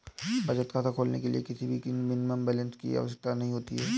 बचत खाता खोलने के लिए किसी भी मिनिमम बैलेंस की आवश्यकता नहीं होती है